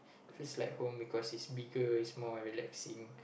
feels like home because it's bigger it's more relaxing